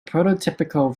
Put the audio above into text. prototypical